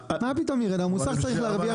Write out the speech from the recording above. מה פתאום שירד, בסוף המוסך צריך להרוויח.